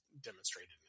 demonstrated